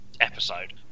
episode